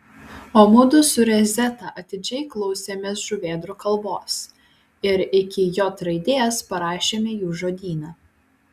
o mudu su rezeta atidžiai klausėmės žuvėdrų kalbos ir iki j raidės parašėme jų žodyną